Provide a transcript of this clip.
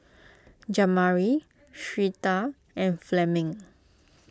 Jamari Syreeta and Fleming